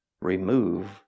remove